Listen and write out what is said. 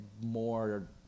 more